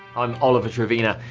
i'm oliver trevena,